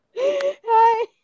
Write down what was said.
Hi